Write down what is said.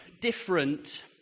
different